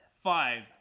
five